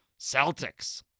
Celtics